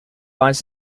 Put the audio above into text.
binds